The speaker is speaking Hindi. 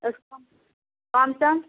उसका कौनसा